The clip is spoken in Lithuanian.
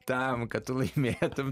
tam kad tu laimėtum